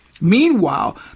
Meanwhile